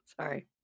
Sorry